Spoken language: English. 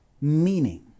meaning